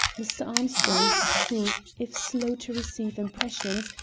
mr. armstrong, who, if slow to receive impressions,